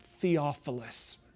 Theophilus